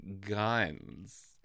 guns